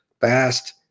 fast